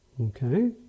okay